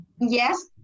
Yes